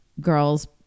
girls